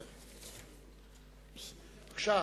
בבקשה.